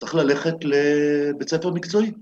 צריך ללכת לבית ספר מקצועי.